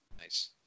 nice